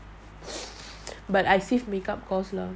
but I save makeup course lah